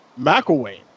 McIlwain